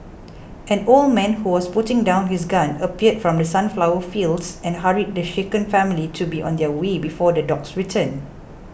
an old man who was putting down his gun appeared from the sunflower fields and hurried the shaken family to be on their way before the dogs return